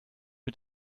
mit